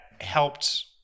helped